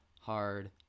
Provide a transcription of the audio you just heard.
hard